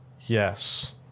Yes